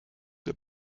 der